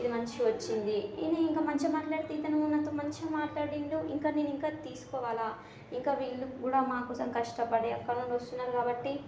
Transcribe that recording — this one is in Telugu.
ఇది మంచిగా వచ్చింది ఈయన ఇంకా మంచిగా మాట్లాడితే ఇతను ఇతను నాతో మంచిగా మాట్లాడిండు ఇంకా నేనింకా తీసుకోవాలా ఇంకా వీళ్ళు కూడా మా కోసం కష్టపడి అక్కడి నుండి వస్తున్నారు కాబట్టి